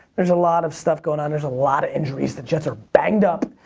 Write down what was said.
there's a lot of stuff going on, there's a lot of injuries. the jets are banged up,